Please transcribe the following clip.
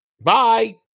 Bye